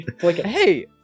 Hey